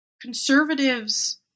conservatives